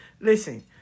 Listen